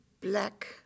black